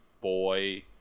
boy